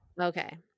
Okay